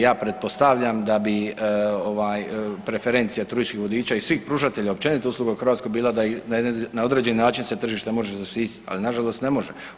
Ja pretpostavljam da bi ovaj preferencija turističkih vodiča i svih pružatelja općenito usluga u Hrvatskoj bila da na određeni način se tržište može zaštititi, ali nažalost ne može.